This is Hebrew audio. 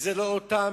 וזה לא אותם,